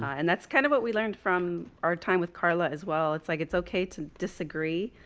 and that's kind of what we learned from our time with carla as well. it's like it's okay to disagree,